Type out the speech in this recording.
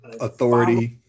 Authority